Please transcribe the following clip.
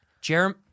Jeremy